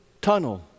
tunnel